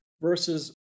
versus